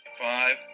Five